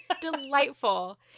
delightful